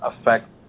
affect